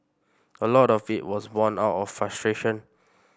a lot of it was born out of frustration